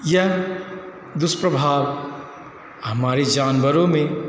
यह दुष्प्रभाव हमारे जानवरो में